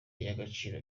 y’agaciro